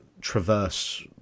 traverse